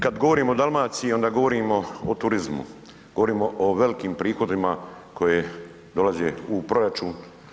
Kad govorimo o Dalmaciji, onda govorimo o turizmu, govorimo o velikim prihodima koji dolaze u proračun.